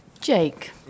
Jake